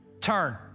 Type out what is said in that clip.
Turn